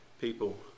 people